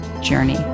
journey